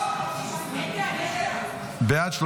36 בעד,